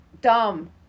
Dumb